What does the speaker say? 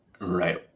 Right